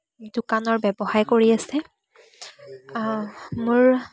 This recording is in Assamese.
দোকানৰ ব্যৱসায় কৰি আছে মোৰ